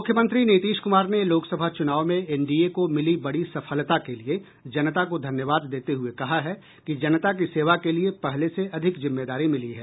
मुख्यमंत्री नीतीश कुमार ने लोकसभा चुनाव में एनडीए को मिली बड़ी सफलता के लिए जनता को धन्यवाद देते हुए कहा है कि जनता की सेवा के लिए पहले से अधिक जिम्मेदारी मिली है